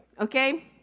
Okay